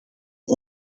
een